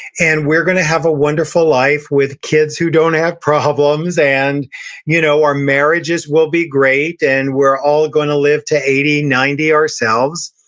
and we're gonna have a wonderful life, with kids who don't have problems, and you know our marriages will be great, and we're all gonna live to eighty ninety ourselves,